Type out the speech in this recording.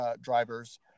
Drivers